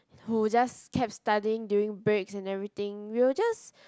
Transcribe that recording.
who just kept studying during breaks and everything we will just